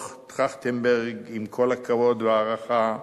דוח-טרכטנברג, עם כל הכבוד וההערכה,